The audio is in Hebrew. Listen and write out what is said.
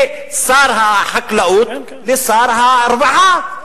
משר החקלאות לשר הרווחה,